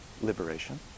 liberation